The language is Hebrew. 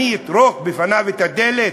אני אטרוק בפניו את הדלת?